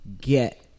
get